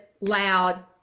loud